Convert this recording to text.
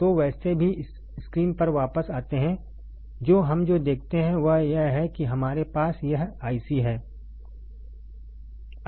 तो वैसे भी स्क्रीन पर वापस आते हैं जो हम जो देखते हैं वह यह है कि हमारे पास यह IC है